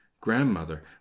Grandmother